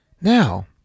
Now